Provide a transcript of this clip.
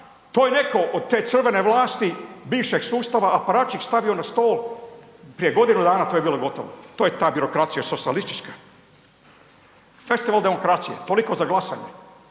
to je neko od te crvene vlasti bivšeg sustava …/Govornik se ne razumije/…stavio na stol, prije godinu dana to je bilo gotovo, to je ta birokracija socijalistička. Festival demokracije, toliko za glasanje.